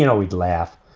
you know we'd laugh.